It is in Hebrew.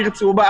עיר צהובה,